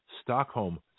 Stockholm